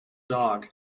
dog